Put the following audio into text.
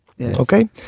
Okay